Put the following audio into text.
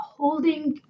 holding